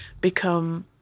become